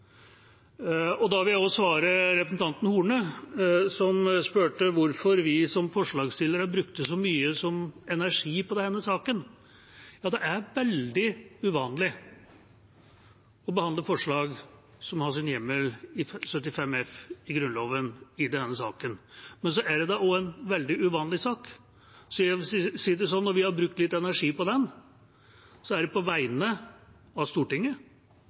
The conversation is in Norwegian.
vil også svare representanten Horne, som spurte hvorfor vi som forslagsstillere brukte så mye energi på denne saken, at det er veldig uvanlig å behandle forslag som har sin hjemmel i Grunnloven § 75 f. Men så er det da også en veldig uvanlig sak. Jeg vil si det slik. Når vi har brukt litt energi på den, er det på vegne av Stortinget